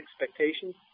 expectations